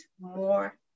more